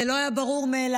זה לא היה ברור מאליו.